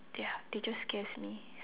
ya they just scares me